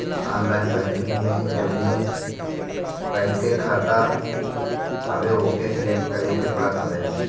online banking में जवनी bank के खाता हवे ओके सलेक्ट करे के पड़त हवे